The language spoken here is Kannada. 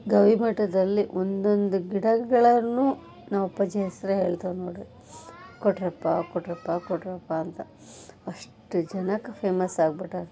ಗವಿಮಠದಲ್ಲಿ ಒಂದೊಂದು ಗಿಡಗಳನ್ನು ನಮ್ಮ ಅಪ್ಪಾಜಿ ಹೆಸರು ಹೇಳ್ತಾವೆ ನೋಡಿರಿ ಕೊಟ್ರಪ್ಪಾ ಕೊಟ್ರಪ್ಪಾ ಕೊಟ್ರಪ್ಪಾ ಅಂತ ಅಷ್ಟು ಜನಕ್ಕೆ ಫೇಮಸ್ ಆಗ್ಬಿಟ್ಟಾರೆ